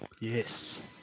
Yes